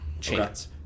chance